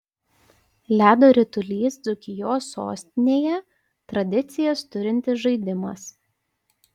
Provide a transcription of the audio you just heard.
ledo ritulys dzūkijos sostinėje tradicijas turintis žaidimas